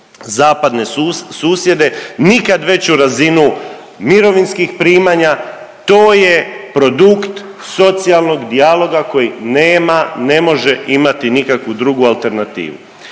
zapadne susjede, nikad veću razinu mirovinskih primanja, to je produkt socijalnog dijaloga koji nema i ne može imati nikakvu drugu alternativu.